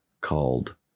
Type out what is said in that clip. called